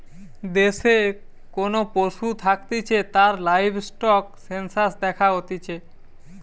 দেশে কোন পশু থাকতিছে তার লাইভস্টক সেনসাস দ্যাখা হতিছে